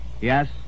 Yes